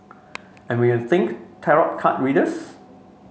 and when you think tarot card readers